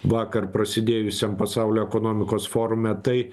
vakar prasidėjusiam pasaulio ekonomikos forume tai